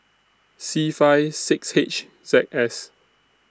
C five six H Z S